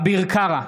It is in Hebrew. אביר קארה,